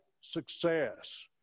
success